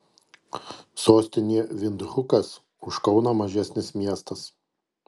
sostinė vindhukas už kauną mažesnis miestas